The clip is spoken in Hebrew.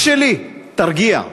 אח שלי, תרגיע.